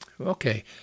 Okay